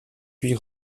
puis